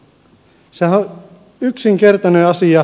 sehän on yksinkertainen asia